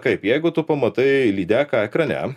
kaip jeigu tu pamatai lydeką ekrane